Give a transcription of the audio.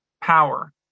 power